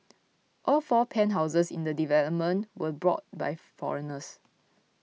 all four penthouses in the development were bought by foreigners